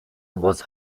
was